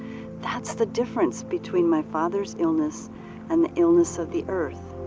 that's the difference between my father's illness and the illness of the earth.